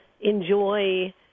enjoy